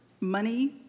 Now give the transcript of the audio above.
money